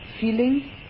feeling